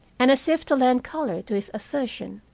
and, as if to lend color to his assertion,